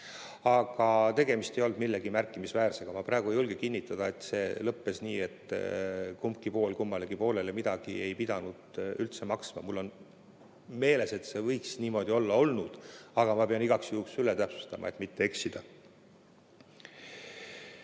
Aga tegemist ei olnud millegi märkimisväärsega. Ma praegu ei julge kinnitada, et see lõppes nii, et kumbki pool teisele poolele üldse midagi ei pidanud maksma. Mul on meeles, et see võis niimoodi olla, aga ma pean igaks juhuks üle täpsustama, et mitte eksida.